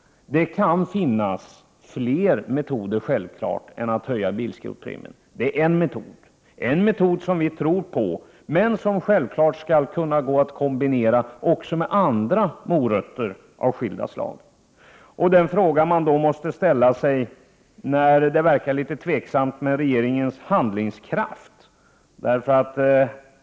Det kan självfallet finnas fler metoder än att höja bilskrotningspremien. Det är en metod som vi tror på, men som självfallet skall kunna kombineras också med andra morötter av skilda slag. Men det verkar vara litet tveksamt med regeringens handlingskraft.